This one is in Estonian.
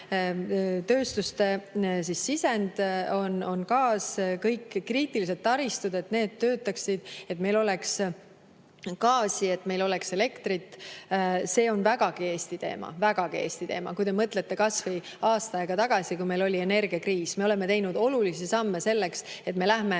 tööstuste sisend, et kõik kriitilised taristud töötaksid, et meil oleks gaasi, et meil oleks elektrit. See on vägagi Eesti teema. Vägagi Eesti teema, kui te mõtlete kas või aasta aega tagasi, kui meil oli energiakriis. Me oleme teinud olulisi samme selleks, et me läheme